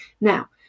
Now